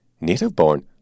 native-born